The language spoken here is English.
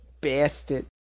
bastard